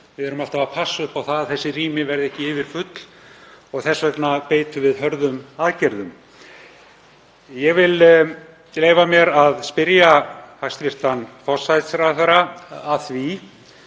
Við erum alltaf að passa upp á það að þessi rými verði ekki yfirfull og þess vegna beitum við hörðum aðgerðum. Ég vil leyfa mér að spyrja hæstv. forsætisráðherra að því,